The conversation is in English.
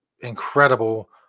incredible